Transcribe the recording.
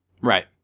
Right